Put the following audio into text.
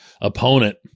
opponent